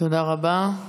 תודה רבה.